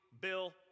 Bill